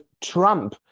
Trump